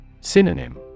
Synonym